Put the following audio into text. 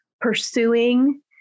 pursuing